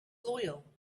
loyal